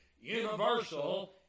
universal